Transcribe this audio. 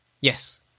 Yes